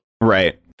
Right